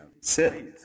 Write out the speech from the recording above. sit